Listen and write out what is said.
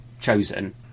chosen